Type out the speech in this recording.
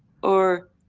or,